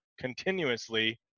continuously